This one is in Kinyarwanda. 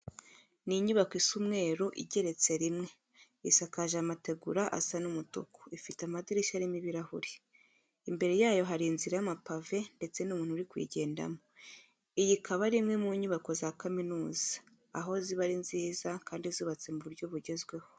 Ni inyubako isa umweru igeretse rimwe, isakaje amategura asa umutuku, ifite amadirishya arimo ibirahure. Imbere yayo hari inzira y'amapave ndetse n'umuntu uri kuyigendamo. Iyi ikaba ari imwe mu nyubako za kaminuza, aho ziba ari nziza kandi zubatse mu buryo bugezweho.